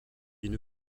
une